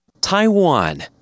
Taiwan